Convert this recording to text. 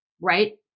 Right